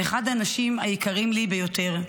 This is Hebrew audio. באחד האנשים היקרים לי ביותר,